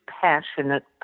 Passionate